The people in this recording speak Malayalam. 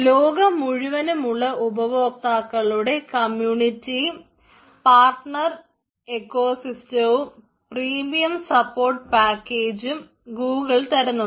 ലോകം മുഴുവനുമുള്ള ഉപഭോക്താക്കളുടെ കമ്മ്യൂണിറ്റിയും പാർട്ണർ എക്കോസിസ്റ്റവും ഗൂഗിൾ തരുന്നുണ്ട്